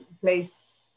place